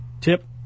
Tip